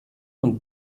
und